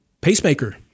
pacemaker